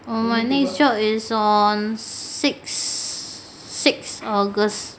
orh my next job is on six six august